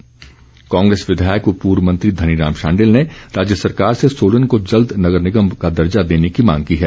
शांडिल कांग्रेस विधायक व पूर्व मंत्री धनीराम शांडिल ने राज्य सरकार से सोलन को जल्द नगर निगम का दर्जा देने की मांग की है